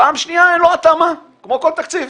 פעם שנייה אין לו התאמה, כמו כל תקציב.